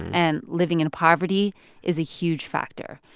and living in poverty is a huge factor.